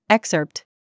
Excerpt